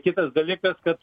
kitas dalykas kad